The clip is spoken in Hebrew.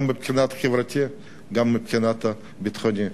גם מבחינה חברתית וגם מבחינה ביטחונית.